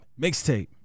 Mixtape